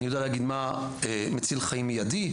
אני יודע להגיד מה מציל חיים מיידי,